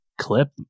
clip